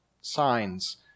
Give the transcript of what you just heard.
signs